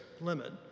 limit